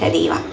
तदेव